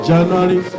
January